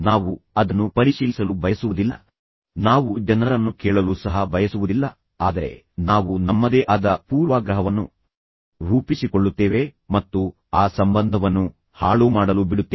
ನಾವು ಅದನ್ನು ಪರಿಶೀಲಿಸಲು ಬಯಸುವುದಿಲ್ಲ ನಾವು ಜನರನ್ನು ಕೇಳಲು ಸಹ ಬಯಸುವುದಿಲ್ಲ ಆದರೆ ನಾವು ನಮ್ಮದೇ ಆದ ಪೂರ್ವಾಗ್ರಹವನ್ನು ರೂಪಿಸಿಕೊಳ್ಳುತ್ತೇವೆ ಮತ್ತು ಆ ಸಂಬಂಧವನ್ನು ಹಾಳುಮಾಡಲು ಬಿಡುತ್ತೇವೆ